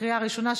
לקריאה הראשונה,